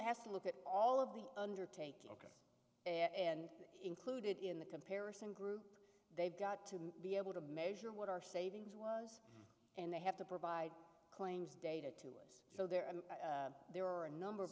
has to look at all of the undertaking and included in the comparison group they've got to be able to measure what our savings was and they have to provide claims data to us so there and there are a number